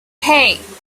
hey